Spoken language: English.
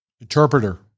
interpreter